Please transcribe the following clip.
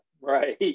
right